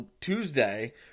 Tuesday